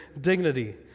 dignity